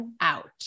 out